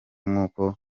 nk’uko